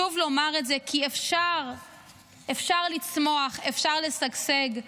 כי אפשר לצמוח, אפשר לשגשג.